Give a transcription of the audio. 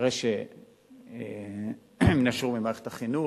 אחרי שהן נשרו ממערכת החינוך,